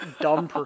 dumb